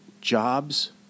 jobs